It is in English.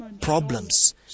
problems